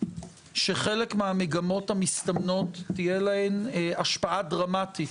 שלחלק מהמגמות המסתמנות תהיה השפעה דרמטית